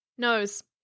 Nose